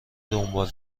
دنبال